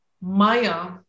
Maya